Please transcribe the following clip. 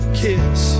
kiss